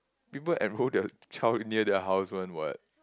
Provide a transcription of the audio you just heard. people enroll their child near their house one what